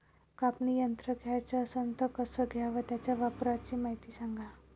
कापनी यंत्र घ्याचं असन त कस घ्याव? त्याच्या वापराची मायती सांगा